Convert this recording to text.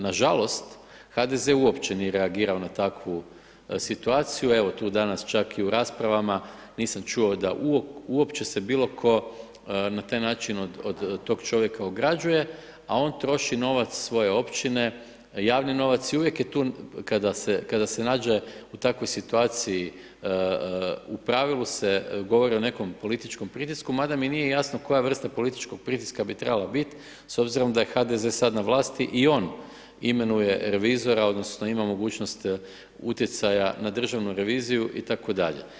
Nažalost, HDZ uopće nije reagirao na takvu situaciju, evo tu je danas čak i u raspravama nisam čuo da uopće se bilo tko na taj način od tog čovjeka ograđuje, a on troši novac svoje općine, javni novac i uvijek je tu kada se nađe u takvoj situaciji u pravilu se govori o nekom političkom pritisku mada mi nije jasno koja vrsta političkog pritiska bi trebala biti s obzirom da je HDZ-e sada na vlasti i on imenuje revizora odnosno ima mogućnost utjecaja na državnu reviziju itd.